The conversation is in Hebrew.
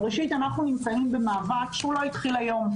ראשית, אנחנו נמצאים במאבק שהוא לא התחיל היום.